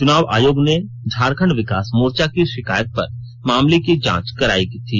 चुनाव आयोग ने झारखंड विकास मोर्चा की शिकायत पर मामले की जांच करायी थी